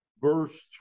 verse